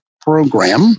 program